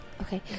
Okay